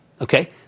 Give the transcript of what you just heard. Okay